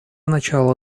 начало